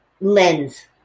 lens